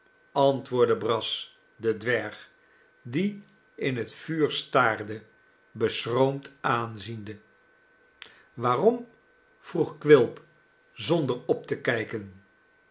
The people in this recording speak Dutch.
antwoordde brass den dwerg die in het vuur staarde beschroomd aanziende waarom vroeg quilp zonder op te kijken